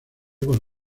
con